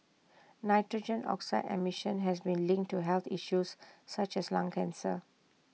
nitrogen oxide emission has been linked to health issues such as lung cancer